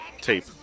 tape